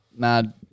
Mad